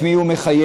את מי הוא מחייב,